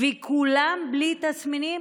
וכולם בלי תסמינים?